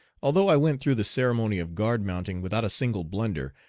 although i went through the ceremony of guard mounting without a single blunder,